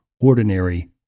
ordinary